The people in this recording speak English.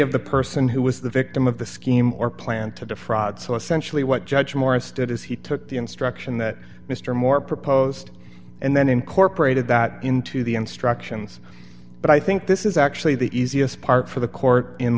of the person who was the victim of the scheme or plan to defraud so essentially what judge morris stood is he took the instruction that mr moore proposed and then incorporated that into the instructions but i think this is actually the easiest part for the court